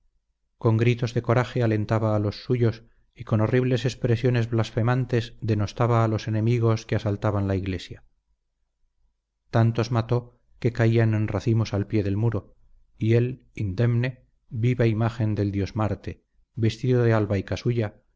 con gritos de coraje alentaba a los suyos y con horribles expresiones blasfemantes denostaba a los enemigos que asaltaban la iglesia tantos mató que caían en racimos al pie del muro y él indemne viva imagen del dios marte vestido de alba y casulla